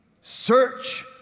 Search